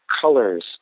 colors